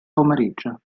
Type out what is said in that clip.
pomeriggio